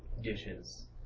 dishes